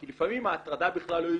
כי לפעמים ההטרדה בכלל לא ידועה,